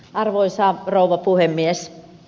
arvoisa rouva puhemies